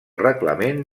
reglament